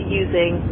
using